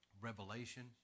revelation